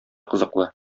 кызыклы